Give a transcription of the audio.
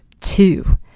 two